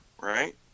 right